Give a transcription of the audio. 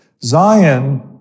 Zion